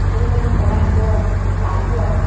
আলোচনা করার পর তারপর